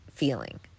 feeling